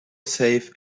safe